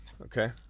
Okay